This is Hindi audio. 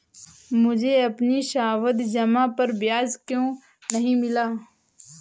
मुझे अपनी सावधि जमा पर ब्याज क्यो नहीं मिला?